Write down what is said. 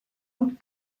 und